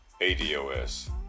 ADOS